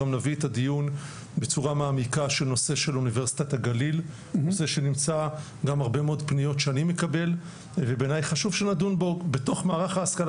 הוועדה קיצרה את התוקף של ההוראה בהקשר של מתווה ההשכלה